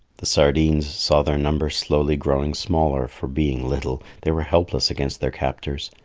the sardines saw their number slowly growing smaller, for, being little, they were helpless against their captors,